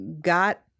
got